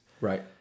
Right